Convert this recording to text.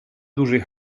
dużej